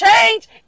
change